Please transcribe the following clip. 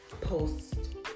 post